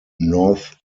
north